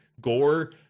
gore